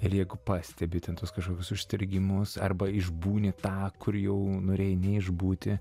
ir jeigu pastebi ten tuos kažkokius užstrigimus arba išbūni tą kur jau norėjai neišbūti